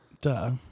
Duh